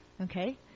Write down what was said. Okay